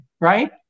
right